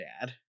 dad